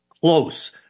close